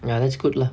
ya that's good lah